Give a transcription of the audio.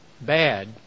bad